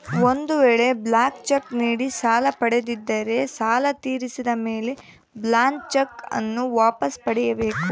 ಒಂದು ವೇಳೆ blank cheque ನೀಡಿ ಸಾಲ ಪಡೆದಿದ್ದರೆ ಸಾಲ ತೀರಿದ ಮೇಲೆ ಬ್ಲಾಂತ್ ಚೆಕ್ ನ್ನು ವಾಪಸ್ ಪಡೆಯ ಬೇಕು